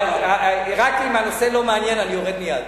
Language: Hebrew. רק אם הנושא לא מעניין אני יורד מייד.